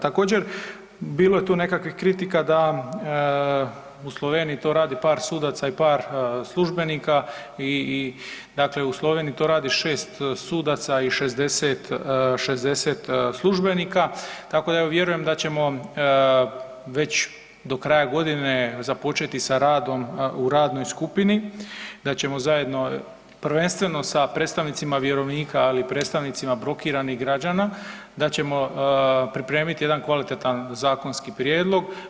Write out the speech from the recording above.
Također bilo je tu nekakvih kritika da u Sloveniji to radi par sudaca i par službenika, dakle u Sloveniji to radi 6 sudaca i 60 službenika, tako da ja vjerujem da ćemo već do kraja godine započeti s radom u radnoj skupini, da ćemo zajedno, prvenstveno sa predstavnicima vjerovnika, ali i predstavnicima blokiranih građana, da ćemo pripremiti jedan kvalitetan zakonski prijedloga.